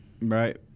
Right